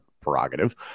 prerogative